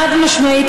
חד-משמעית,